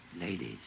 Ladies